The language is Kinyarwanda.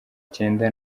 cyenda